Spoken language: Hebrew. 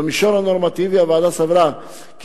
במישור הנורמטיבי הוועדה סברה כי